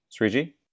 Sriji